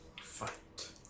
Fight